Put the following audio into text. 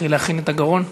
תתחיל להכין את הגרון.